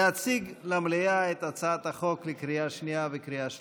להציג למליאה את הצעת החוק לקריאה שנייה ולקריאה שלישית.